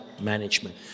management